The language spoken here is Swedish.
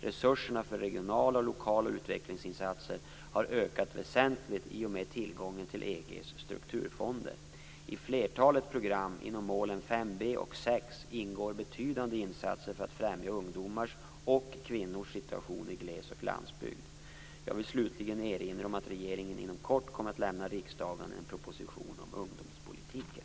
Resurserna för regionala och lokala utvecklingsinsatser har ökat väsentligt i och med tillgången till EG:s strukturfonder. I flertalet program inom målen 5b och 6 ingår betydande insatser just för att främja ungdomars och kvinnors situation i gles och landsbygd. Jag vill slutligen erinra om att regeringen inom kort kommer att lämna riksdagen en proposition om ungdomspolitiken.